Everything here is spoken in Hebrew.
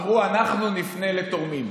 אמרו: אנחנו נפנה לתורמים.